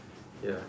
ya